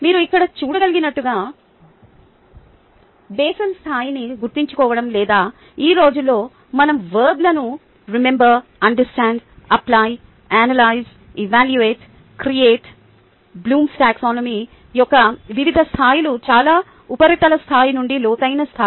మీరు ఇక్కడ చూడగలిగినట్లుగా బేసల్ స్థాయిని గుర్తుంచుకోవడం లేదా ఈ రోజుల్లో మనం వర్బ్లను remember understand apply analyse evaluate create Bloom's taxonomy Taxonomy యొక్క వివిధ స్థాయిలు చాలా ఉపరితల స్థాయి నుండి లోతైన స్థాయి